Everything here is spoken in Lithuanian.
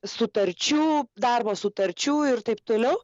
sutarčių darbo sutarčių ir taip toliau